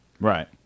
Right